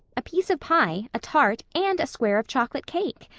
a piece of pie, a tart, and a square of chocolate cake!